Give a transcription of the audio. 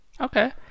Okay